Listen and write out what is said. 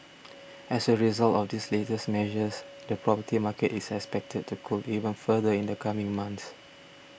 as a result of these latest measures the property market is expected to cool even further in the coming months